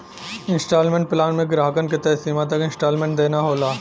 instalment plan में ग्राहकन के तय समय तक इन्सटॉलमेंट देना होला